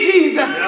Jesus